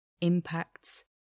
impacts